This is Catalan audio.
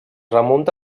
remunta